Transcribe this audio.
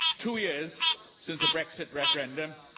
two years since the brexit referendum,